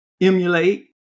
emulate